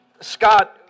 Scott